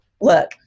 look